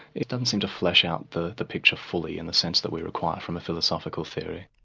it doesn't seem to flesh out the the picture fully, in the sense that we require from a philosophical theory.